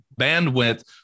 bandwidth